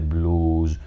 Blues